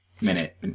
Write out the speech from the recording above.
Minute